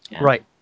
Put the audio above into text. Right